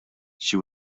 she